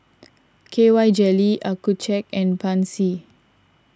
K Y Jelly Accucheck and Pansy